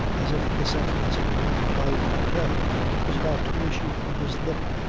as if the sentence of her own life or death was about to issue from his lip.